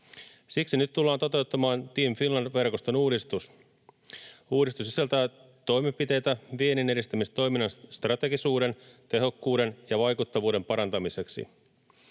Siksi nyt tullaan toteuttamaan Team Finland -verkoston uudistus. Uudistus sisältää toimenpiteitä vienninedistämistoiminnan strategisuuden, tehokkuuden ja vaikuttavuuden parantamiseksi.